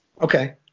okay